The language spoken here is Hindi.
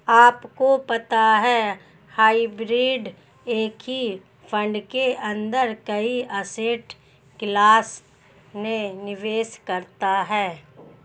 आपको पता है हाइब्रिड एक ही फंड के अंदर कई एसेट क्लास में निवेश करता है?